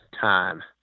time